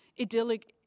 idyllic